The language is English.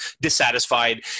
dissatisfied